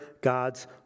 God's